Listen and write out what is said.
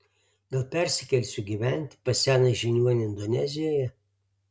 gal persikelsiu gyventi pas seną žiniuonį indonezijoje